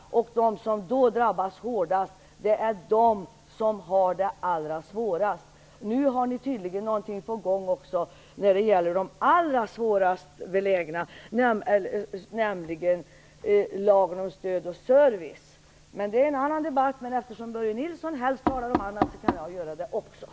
De som då drabbas hårdast är de som har det allra svårast. Nu har ni tydligen något på gång när det gäller dem i den allra svåraste belägenheten lagen om stöd och service. Det är dock en annan debatt. Men eftersom Börje Nilsson här tar upp andra saker kan också jag göra det.